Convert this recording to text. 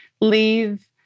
leave